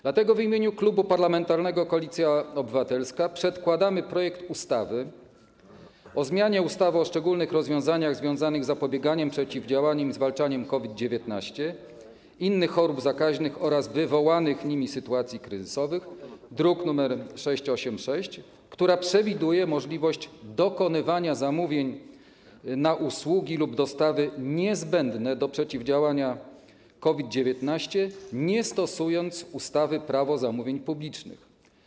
Dlatego jako Klub Parlamentarny Koalicja Obywatelska przedkładamy projekt ustawy o zmianie ustawy o szczególnych rozwiązaniach związanych z zapobieganiem, przeciwdziałaniem i zwalczaniem COVID-19, innych chorób zakaźnych oraz wywołanych nimi sytuacji kryzysowych, druk nr 686, która przewiduje możliwość dokonywania zamówień na usługi lub dostawy niezbędne do przeciwdziałania COVID-19 bez stosowania ustawy - Prawo zamówień publicznych.